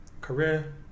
Career